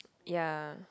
ya